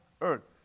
earth